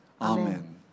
Amen